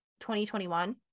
2021